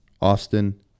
Austin